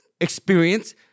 experience